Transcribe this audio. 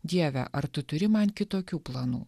dieve ar tu turi man kitokių planų